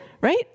Right